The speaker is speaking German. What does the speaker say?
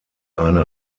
eine